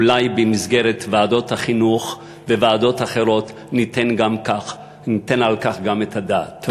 אולי במסגרת ועדות החינוך וועדות אחרות ניתן על כך את הדעת.